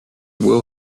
will